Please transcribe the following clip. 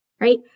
right